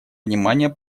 внимание